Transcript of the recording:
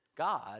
God